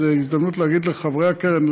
זאת הזדמנות להגיד לחברי הקרן,